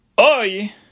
oi